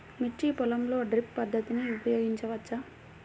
మిర్చి పొలంలో డ్రిప్ పద్ధతిని ఉపయోగించవచ్చా?